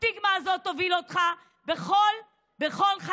הסטיגמה הזאת תוביל אותך בכל חייך,